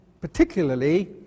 particularly